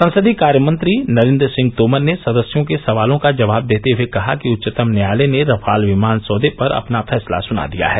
संसदीय कार्यमंत्री नरेन्द्र सिंह तोमर ने सदस्यों के सवालों का जवाब देते हए कहा कि उच्चतम न्यायालय ने रफाल विमान सौदे पर अपना फैसला सुना दिया है